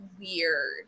weird